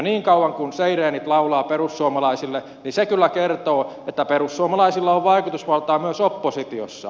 niin kauan kuin seireenit laulavat perussuomalaisille se kyllä kertoo että perussuomalaisilla on vaikutusvaltaa myös oppositiossa